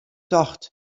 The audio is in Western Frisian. tocht